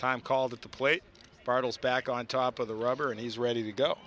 time called at the plate bartels back on top of the rubber and he's ready to go